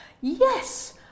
Yes